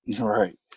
Right